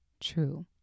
true